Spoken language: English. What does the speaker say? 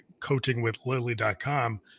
coachingwithlily.com